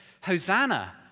Hosanna